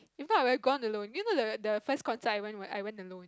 if not I would have gone alone do you know the the first concert I went I went alone